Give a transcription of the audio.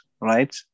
right